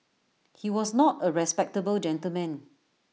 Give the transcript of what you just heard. he was not A respectable gentleman